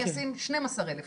אני אשים 12 אלפים